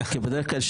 בדרך-כלל,